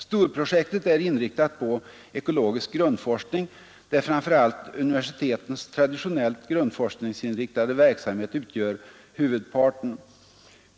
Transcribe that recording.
Storprojektet är inriktat på ekologisk grundforskning, där framför allt universitetens traditionellt grundforskningsinriktade verksamhet utgör huvudparten.